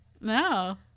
No